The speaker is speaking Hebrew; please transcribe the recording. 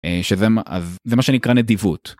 שזה מ... זה מה שנקרא נדיבות.